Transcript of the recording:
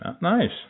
Nice